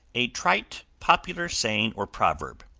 a trite popular saying, or proverb.